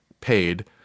paid